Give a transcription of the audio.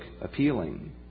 appealing